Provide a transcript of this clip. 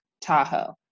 Tahoe